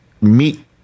meet